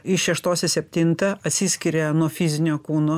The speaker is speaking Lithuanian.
iš šeštos į septintą atsiskiria nuo fizinio kūno